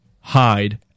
hide